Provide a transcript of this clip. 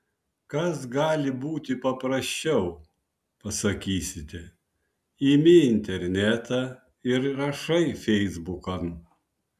kas gali būti paprasčiau pasakysite imi internetą ir rašai feisbukan